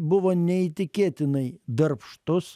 buvo neįtikėtinai darbštus